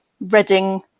Reading